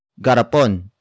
Garapon